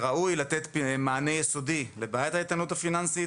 ראוי לתת מענה יסודי לבעיית האיתנות הפיננסית,